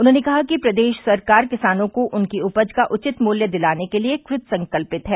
उन्होंने कहा कि प्रदेश सरकार किसानों को उनकी उपज का उचित मूल्य दिलाने के लिए कृतसंकल्पित है